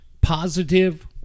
positive